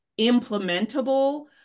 implementable